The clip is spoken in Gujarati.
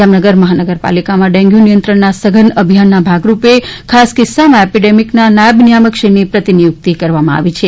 જામનગર મહાનગરપાલિકામાં ડેન્ગ્યૂ નિયંત્રણના સઘન અભિયાનના ભાગરૂપે ખાસ કિસ્સામાં એપિડેમિકના નાયબ નિયામકશ્રીની પ્રતિનિયુક્તિ કરવામાં આવી છે